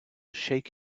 shake